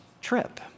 trip